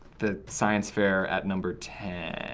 the science fair at number ten.